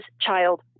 child